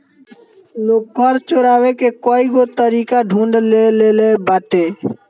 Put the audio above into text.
लोग कर चोरावे के कईगो तरीका ढूंढ ले लेले बाटे